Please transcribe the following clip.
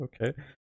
Okay